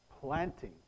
planting